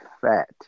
fat